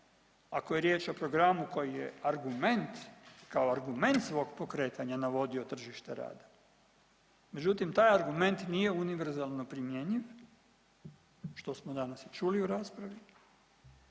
ako je riječ o programu koji je argument, kao argument svog pokretanja navodio tržište rada, međutim taj argument nije univerzalno primjenjiv, što smo danas i čuli u raspravi